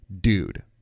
dude